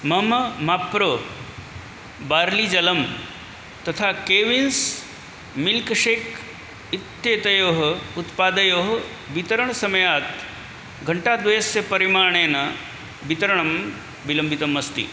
मम मप्रो बार्ली जलं तथा केविन्स् मिल्क्शेक् इत्येतयोः उत्पादयोः वितरणसमयात् घण्टाद्वयस्य परिमाणेन वितरणं विलम्बितमस्ति